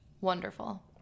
wonderful